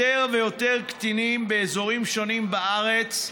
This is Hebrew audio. יותר ויותר קטינים באזורים שונים בארץ,